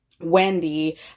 Wendy